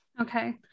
Okay